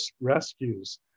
rescues